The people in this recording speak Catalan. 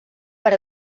per